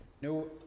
no